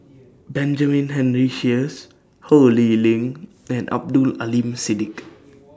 Benjamin Henry Sheares Ho Lee Ling and Abdul Aleem Siddique